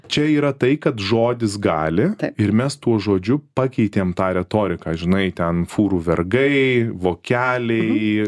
čia yra tai kad žodis gali ir mes tuo žodžiu pakeitėm tą retoriką žinai ten fūrų vergai vokeliai